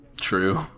True